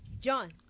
John